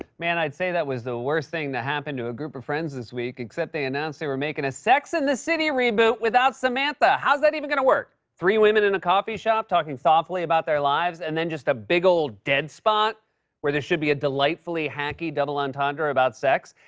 man, i'd say that was the worst thing to happen to a group of friends this week, except they announced they were making a sex and the city reboot without samantha. how's that even going to work? three women in a coffee shop talking thoughtfully about their lives and then just a big old dead spot where there should be a delightfully hacky double entendre about sex.